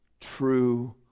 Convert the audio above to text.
true